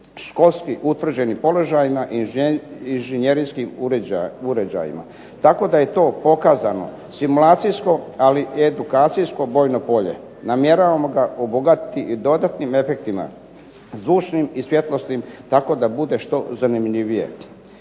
školski utvrđenim položaja, inženjerijskim uređajima. Tako da je to pokazano simulacijsko, ali i edukacijsko bojno polje. Namjeravamo ga obogatiti i dodatnim efektima, zvučnim i svjetlosnim tako da bude što zanimljivije.